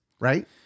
right